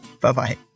Bye-bye